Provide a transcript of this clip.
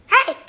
Hey